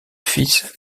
fils